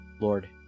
Lord